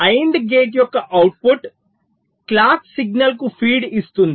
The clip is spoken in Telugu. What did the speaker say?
AND గేట్ యొక్క అవుట్పుట్ క్లాక్ సిగ్నల్కు ఫీడ్ ఇస్తుంది